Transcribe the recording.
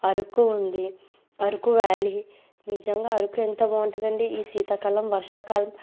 అరుకు ఉంది అరుకు వ్యాలీ నిజంగా అరుకు ఎంత బాగుంటుందండి ఈ శీతాకాలం వర్షాకాలం